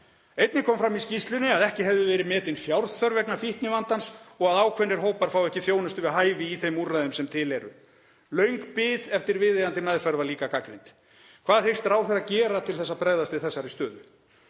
Einnig kom fram í skýrslunni að ekki hefði verið metin fjárþörf vegna fíknivandans og að ákveðnir hópar fái ekki þjónustu við hæfi í þeim úrræðum sem til eru. Löng bið eftir viðeigandi meðferð var líka gagnrýnd. Hvað hyggst ráðherra gera til að bregðast við þessari stöðu?